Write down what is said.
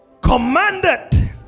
Commanded